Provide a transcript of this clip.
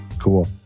Cool